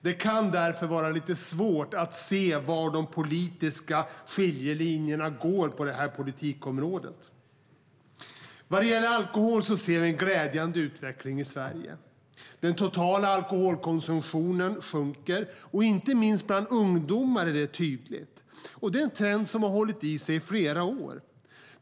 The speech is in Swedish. Det kan därför vara lite svårt att se var de politiska skiljelinjerna går på politikområdet. Vad gäller alkohol ser vi en glädjande utveckling i Sverige. Den totala alkoholkonsumtionen minskar. Inte minst bland ungdomar är det tydligt. Det är en trend som hållit i sig i flera år.